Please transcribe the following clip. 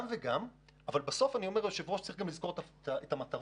אבל היושב-ראש, צריך לזכור את המטרות.